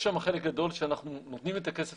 יש שמה חלק גדול שאנחנו נותנים את הכסף